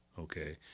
Okay